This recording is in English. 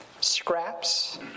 scraps